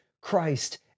Christ